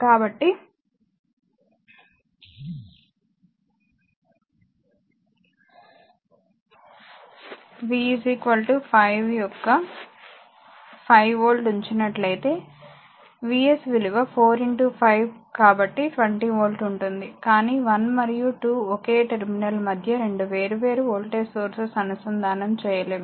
కాబట్టి V 5 యొక్క 5 V ఉంచినట్లయితే Vs విలువ 4 5 కాబట్టి 20 వోల్ట్ ఉంటుంది కానీ 1 మరియు 2 ఒకే టెర్మినల్ మధ్య రెండు వేరు వేరు వోల్టేజ్ సోర్సెస్ అనుసంధానం చేయలేము